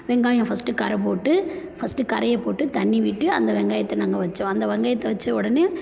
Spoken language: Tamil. வெங்காயம் ஃபஸ்ட்டு கரை போட்டு ஃபஸ்ட்டு கரையை போட்டு தண்ணி விட்டு அந்த வெங்காயத்தை நாங்கள் வைச்சோம் அந்த வெங்காயத்தை வைச்ச உடனே